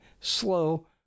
slow